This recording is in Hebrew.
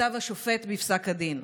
כתב השופט בפסק הדין.